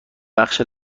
بخش